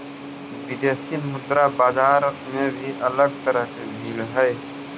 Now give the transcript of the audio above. विदेशी मुद्रा बाजार में भी अलग तरह की भीड़ हई